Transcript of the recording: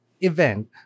event